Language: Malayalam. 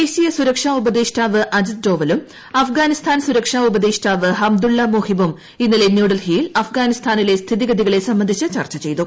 ദേശീയ സുരക്ഷാ ഉപദേഷ്ടാവ് അജിത് ഡോവലും അഫ്ഗാനിസ്ഥാൻ സുരക്ഷാ ഉപദേഷ്ടാവ് ഹംദുള്ള മോഹിബും ഇന്നലെ ന്യൂഡൽഹിയിൽ അഫ്ഗാനിസ്ഥാനിലെ സ്ഥിതിഗതികളെ സംബന്ധിച്ച് ചർച്ച ചെയ്തു